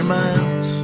miles